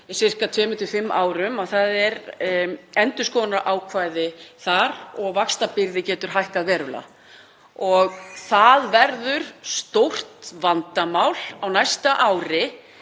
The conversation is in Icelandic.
til fimm árum að það er endurskoðunarákvæði þar og vaxtabyrði getur hækkað verulega. Það verður stórt vandamál á næsta ári